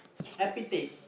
epithet